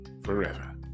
forever